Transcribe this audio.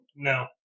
No